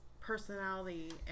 personality